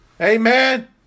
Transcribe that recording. Amen